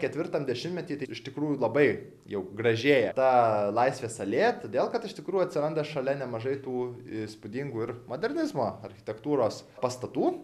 ketvirtam dešimtmety iš tikrųjų labai jau gražėja ta laisvės alėja todėl kad iš tikrųjų atsiranda šalia nemažai tų įspūdingų ir modernizmo architektūros pastatų